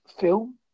film